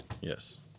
Yes